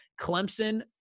Clemson